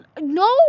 no